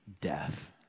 death